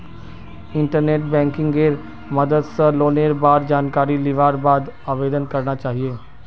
internet बैंकिंगेर मदद स लोनेर बार जानकारी लिबार बाद आवेदन करना चाहिए